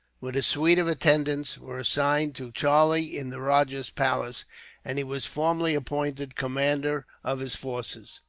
with a suite of attendants, were assigned to charlie in the rajah's palace and he was formally appointed commander of his forces.